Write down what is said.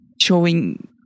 showing